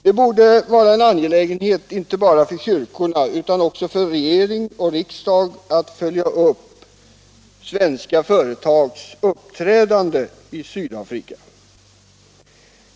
Det borde vara en angelägenhet inte bara för kyrkorna utan också för regering och riksdag att följa upp svenska företags uppträdande i Sydafrika.